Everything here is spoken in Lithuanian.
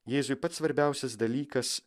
jėzui pats svarbiausias dalykas